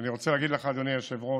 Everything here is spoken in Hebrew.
אני רוצה להגיד לך, אדוני היושב-ראש,